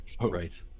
Right